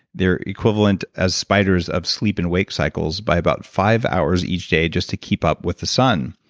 their equivalent as spiders of sleep and wake cycles by about five hours each day just to keep up with the sun.